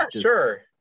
sure